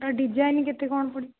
ଆଉ ଡିଜାଇନ୍ କେତେ କ'ଣ ପଡ଼ିବ